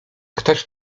ktoś